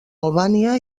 albània